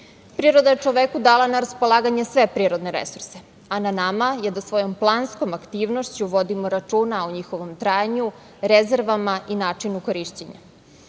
ima. Priroda je čoveku dala na raspolaganje sve prirodne resurse, a na nama je da svojom planskom aktivnošću vodimo računa o njihovom trajanju, rezervama i načinu korišćenja.